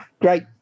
great